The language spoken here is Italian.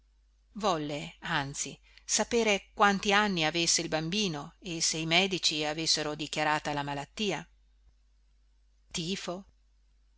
volle anzi sapere quanti anni avesse il bambino e se i medici avessero dichiarata la malattia tifo